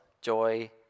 joy